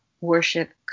worship